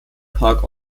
park